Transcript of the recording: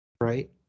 Right